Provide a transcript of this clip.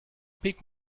pick